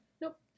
Nope